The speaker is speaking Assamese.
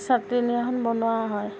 চাট্নিখন বনোৱা হয়